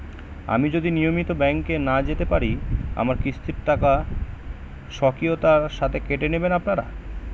আমি যদি নিয়মিত ব্যংকে না যেতে পারি আমার কিস্তির টাকা স্বকীয়তার সাথে কেটে নেবেন আপনারা?